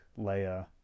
Leia